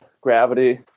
gravity